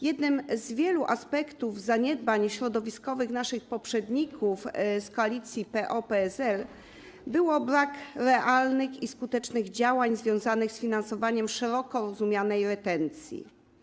Jednym z wielu aspektów zaniedbań środowiskowych naszych poprzedników z koalicji PO-PSL był brak realnych i skutecznych działań związanych z finansowaniem szeroko rozumianej retencji.